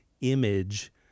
image